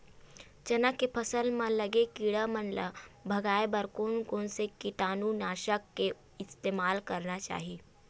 चना के फसल म लगे किड़ा मन ला भगाये बर कोन कोन से कीटानु नाशक के इस्तेमाल करना चाहि?